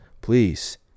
please